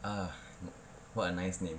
ah what a nice name